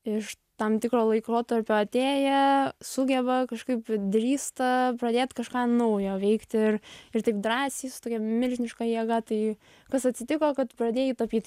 iš tam tikro laikotarpio atėję sugeba kažkaip drįsta pradėt kažką naujo veikt ir ir taip drąsiai su tokia milžiniška jėga tai kas atsitiko kad pradėjai tapyt